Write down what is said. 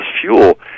fuel